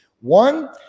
One